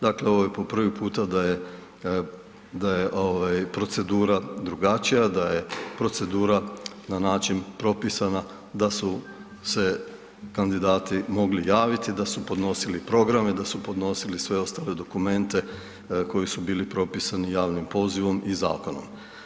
Dakle, ovo je po prvi puta da je procedura drugačija, da je procedura propisana na način da su se kandidati mogli javiti, da su podnosili programe, da su podnosili sve ostale dokumente koji su bili propisani javnim pozivom i zakonom.